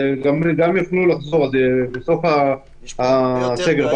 ברגע שייגמר הסגר יוכלו לצאת להתאמן.